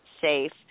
safe